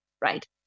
right